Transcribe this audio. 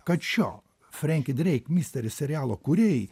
kad šio frenki dreik misteris serialo kūrėjai